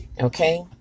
Okay